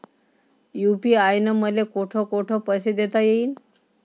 UPI न मले कोठ कोठ पैसे देता येईन?